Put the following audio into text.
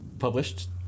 Published